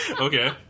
Okay